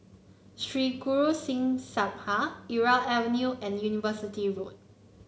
Sri Guru Singh Sabha Irau Avenue and University Road